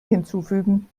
hinzufügen